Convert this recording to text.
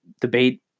debate